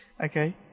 Okay